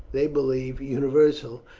they believe, universal,